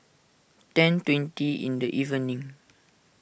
ten twenty in the evening